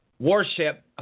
Warship